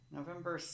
November